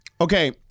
Okay